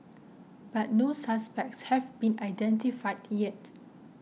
but no suspects have been identified yet